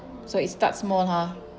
so it starts small ha